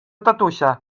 tatusia